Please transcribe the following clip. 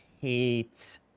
hate